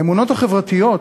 האמונות החברתיות,